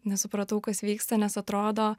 nesupratau kas vyksta nes atrodo